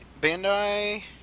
Bandai